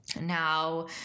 Now